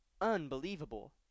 unbelievable